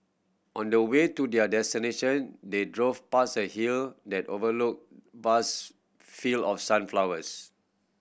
on the way to their destination they drove past a hill that overlook vast field of sunflowers